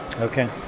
Okay